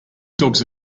dogs